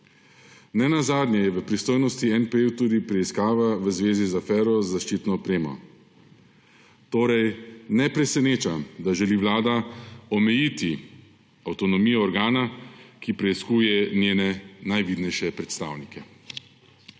Nenazadnje je v pristojnosti NPU tudi preiskava v zvezi z afero z zaščitno opremo. Torej ne preseneča, da želi vlada omejiti avtonomijo organa, ki preiskuje njene najvidnejše predstavnike.